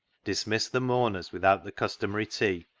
dismissed the mourners without the customary tea,